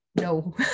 no